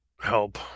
help